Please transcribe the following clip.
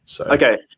Okay